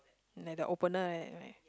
like the opener ya like